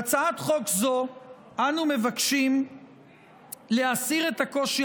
בהצעת חוק זו אנו מבקשים להסיר את הקושי